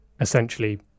essentially